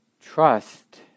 trust